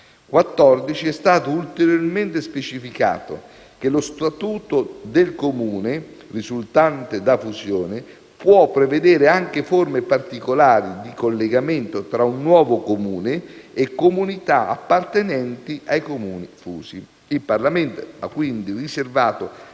2014), è stato ulteriormente specificato che lo statuto del Comune risultante da fusione «può prevedere anche forme particolari di collegamento tra nuovo Comune e comunità appartenenti ai Comuni fusi». Il Parlamento ha quindi riservato